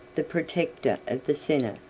the protector of the senate,